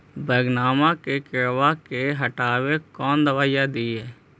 बैगनमा के किड़बा के हटाबे कौन दवाई दीए?